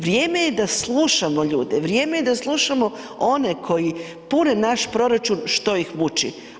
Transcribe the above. Vrijeme je da slušamo ljude, vrijeme da slušamo one koji pune naš proračun što ih muči.